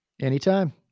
Anytime